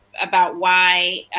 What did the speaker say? about why